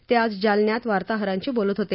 ते आज जालन्यात वार्ताहरांशी बोलत होते